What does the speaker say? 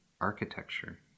architecture